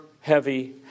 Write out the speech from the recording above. heavy